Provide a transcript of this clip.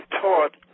taught